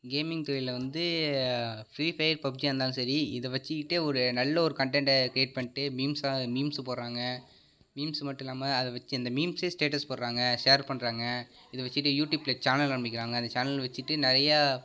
gaming துறையில் வந்து free fire பப்ஜியாக இருந்தாலும் சரி இதை வச்சுக்கிட்டே ஒரு நல்ல ஒரு கன்டென்ட்டை கிரியேட் பண்ணிட்டு மீம்ஸாக மீம்ஸ் போடுகிறாங்க மீம்ஸ் மட்டும் இல்லாமல் அதை வச்சு அந்த மீம்ஸே ஸ்டேட்டஸ் போடுகிறாங்க சேர் பண்ணுகிறாங்க இதை வச்சுட்டு யூடியூப்ல சேனல் ஆரம்பிக்குறாங்க அந்த சேனல் வச்சிட்டு நிறையா